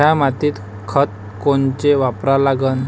थ्या मातीत खतं कोनचे वापरा लागन?